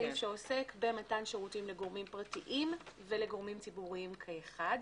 הסעיף שעוסק במתן שירותים לגורמים פרטיים ולגורמים ציבוריים כאחד,